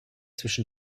zwischen